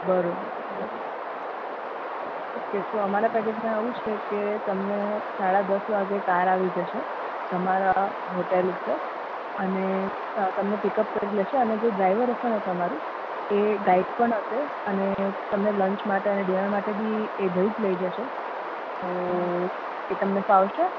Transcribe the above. બરાબર બરાબર ઓકે તો અમારા પેકેજમાં એવું છે કે તમને સાડા દસ વાગ્યે કાર આવી જશે તમારા હોટેલ ઉપર અને તમને પીકઅપ કરી લેશે અને જે ડ્રાઈવર હશે ને તમારો એ ગાઈડ પણ હશે અને તમને લંચ માટે અને ડિનર માટે બી એ ભાઈ જ લઈ જશે તો એ તમને ફાવશે